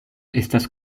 estas